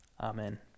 Amen